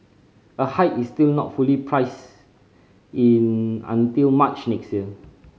a hike is still not fully priced in until March next year